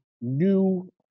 new